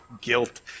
guilt